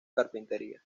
carpintería